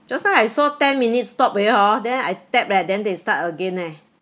just now I saw ten minutes stop eh hor then I tap leh then they start again eh